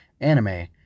anime